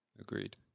Agreed